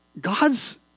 God's